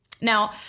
Now